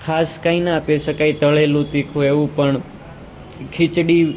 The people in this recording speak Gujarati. ખાસ કંઈ ના આપી શકાય તળેલું તીખું એવું પણ ખિચડી